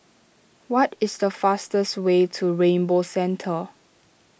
what is the fastest way to Rainbow Centre